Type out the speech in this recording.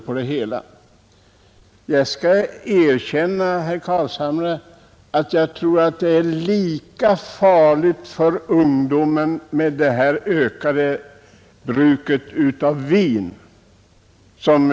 Sedan, herr Carlshamre, tror jag att det ökade bruket av vin är lika farligt för ungdomen som bruket att dricka mellanöl.